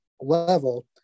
level